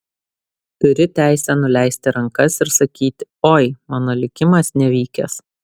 turi teisę nuleisti rankas ir sakyti oi mano likimas nevykęs